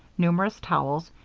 numerous towels,